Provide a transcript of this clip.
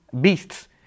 beasts